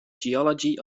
geology